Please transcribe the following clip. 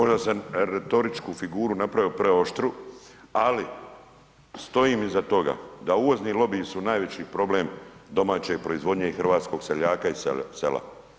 Možda sam retoriku figuru napravio preoštru, ali stojim iza toga da uvozni lobiji su najveći problem domaće proizvodnje i hrvatskog seljaka i sela.